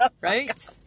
Right